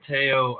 Teo